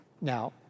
Now